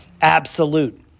absolute